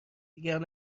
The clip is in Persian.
دیگر